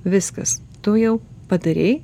viskas tu jau padarei